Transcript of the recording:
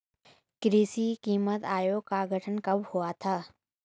कृषि कीमत आयोग का गठन कब हुआ था?